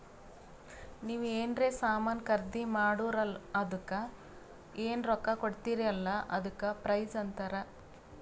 ನೀವ್ ಎನ್ರೆ ಸಾಮಾನ್ ಖರ್ದಿ ಮಾಡುರ್ ಅದುಕ್ಕ ಎನ್ ರೊಕ್ಕಾ ಕೊಡ್ತೀರಿ ಅಲ್ಲಾ ಅದಕ್ಕ ಪ್ರೈಸ್ ಅಂತಾರ್